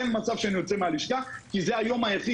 אין מצב שאני יוצא מהלשכה כי זה היום היחיד